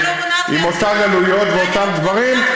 עם אותן עלויות ואותם דברים,